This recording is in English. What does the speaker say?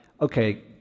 okay